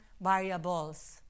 variables